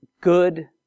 good